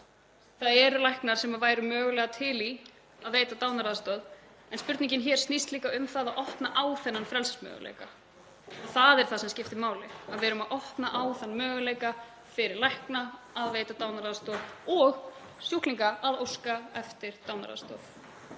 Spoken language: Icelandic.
Það eru læknar sem væru mögulega til í að veita dánaraðstoð en spurningin hér snýst líka um það að opna á þennan frelsismöguleika. Það er það sem skiptir máli, að við erum að opna á þann möguleika fyrir lækna að veita dánaraðstoð og fyrir sjúklinga að óska eftir dánaraðstoð.